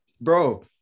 bro